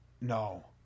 No